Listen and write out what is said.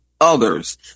others